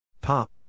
Pop